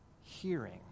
hearing